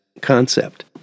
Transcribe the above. concept